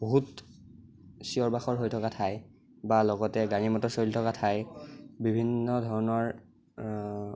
বহুত চিঞৰ বাখৰ হৈ থকা ঠাই বা লগতে গাড়ী মটৰ চলি থকা ঠাই বিভিন্ন ধৰণৰ